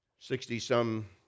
Sixty-some